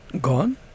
gone